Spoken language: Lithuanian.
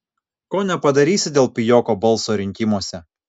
ko nepadarysi dėl pijoko balso rinkimuose